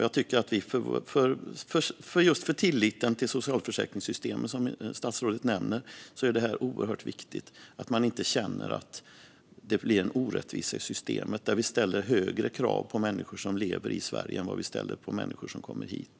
Just för tilliten till socialförsäkringssystemet, som statsrådet nämnde, är det oerhört viktigt att man inte känner att det blir en orättvisa i systemet där vi ställer högre krav på människor som lever i Sverige än vad vi ställer på människor som kommer hit.